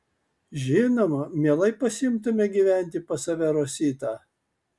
žinoma mielai pasiimtume gyventi pas save rositą